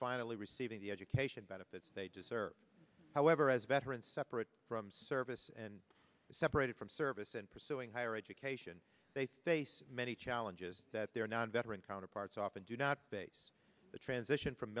finally receiving the education benefits they deserve however as veterans separate from service and separated from service and pursuing higher education they face many challenges that their non veteran counterparts often do not face the transition from